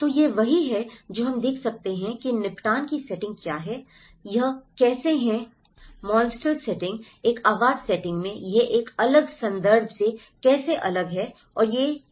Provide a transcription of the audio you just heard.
तो यह वही है जो हम देख सकते हैं कि निपटान की सेटिंग क्या है यह कैसे है मॉन्स्ट्रल सेटिंग एक आवास सेटिंग में यह एक अलग संदर्भ से कैसे अलग है और यह कैसे झलक रहा है